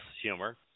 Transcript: humor